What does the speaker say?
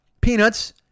peanuts